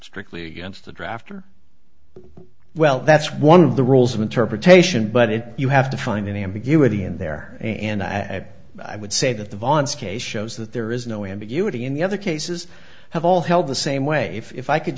strictly against the drafter well that's one of the rules of interpretation but it you have to find any ambiguity in there and i would say that the vons case shows that there is no ambiguity in the other cases have all held the same way if i could